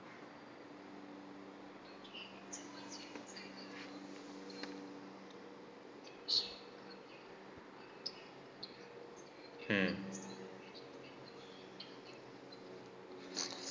hmm